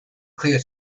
clear